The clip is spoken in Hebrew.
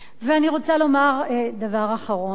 ואני רוצה לומר דבר אחרון, אדוני.